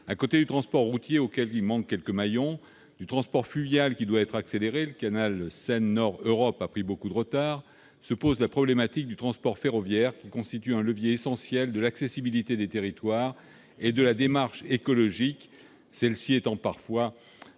À côté du transport routier, auquel il manque quelques maillons, et du transport fluvial, dont le développement doit être accéléré- le canal Seine-Nord-Europe a pris beaucoup de retard -, se pose la problématique du transport ferroviaire qui constitue un levier essentiel de l'accessibilité des territoires et de la démarche écologique, cette dernière étant parfois- trop